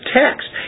text